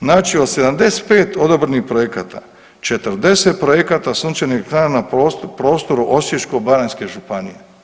Znači od 75 odobrenih projekata 40 projekata sunčanih dana prostoru Osječko-baranjske županije.